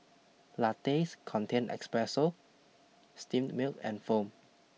lattes contain espresso steamed milk and foam